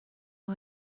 now